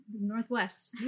Northwest